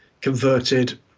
converted